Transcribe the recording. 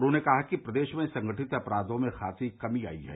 उन्होंने कहा कि प्रदेश में संगठित अपरायों में खासी कमी आई है